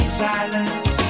silence